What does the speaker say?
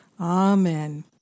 Amen